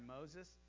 Moses